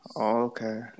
Okay